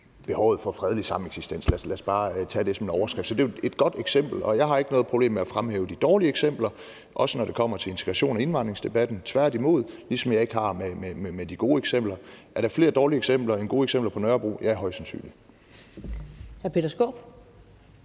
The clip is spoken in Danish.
behovet for fredelig sameksistens, lad os bare tage det som en overskrift. Så det er jo et godt eksempel, og jeg har ikke noget problem med at fremhæve de dårlige eksempler, også når det kommer til integration og indvandringsdebatten, tværtimod, ligesom jeg ikke har det med de gode eksempler. Er der flere dårlige eksempler end gode eksempler på Nørrebro? Ja, højst sandsynligt.